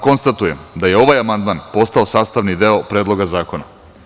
Konstatujem da je ovaj amandman postao sastavni deo Predloga zakona.